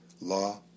law